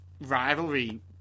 rivalry